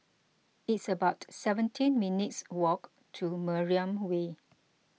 it's about seventeen minutes' walk to Mariam Way